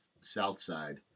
Southside